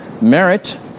merit